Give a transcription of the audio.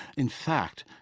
in fact,